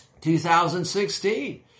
2016